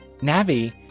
Navi